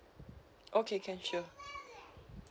okay can sure